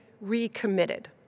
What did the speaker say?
recommitted